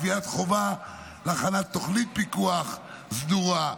קביעת חובה להכנת תוכנית פיקוח סדורה,